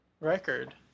record